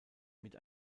mit